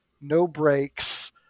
no-breaks